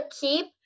keep